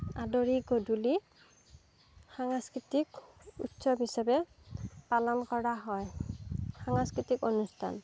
আদৰি গধূলি সাংস্কৃতিক উৎসৱ হিচাপে পালন কৰা হয় সাংস্কৃতিক অনুষ্ঠান